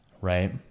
right